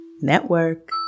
Network